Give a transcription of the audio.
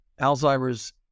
Alzheimer's